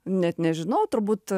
net nežinau turbūt